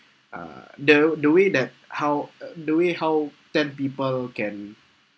uh the the way that how uh the way how ten people can